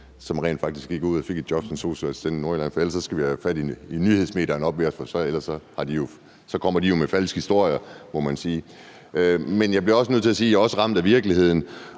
som rent faktisk gik ud og fik et job som sosu-assistent i Nordjylland. For ellers skal vi have fat i nyhedsmedierne oppe hos os, så de ikke kommer med falske historier, må man sige. Men jeg bliver også nødt til at sige, at jeg er ramt af virkeligheden,